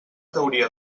teoria